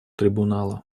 трибунала